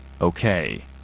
Okay